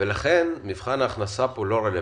לכן מבחן ההכנסה פה לא רלוונטי.